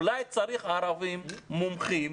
אולי צריך ערבים מומחים